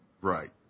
Right